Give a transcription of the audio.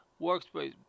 workspace